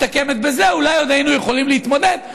אולי עוד היינו יכולים להתמודד,